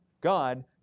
God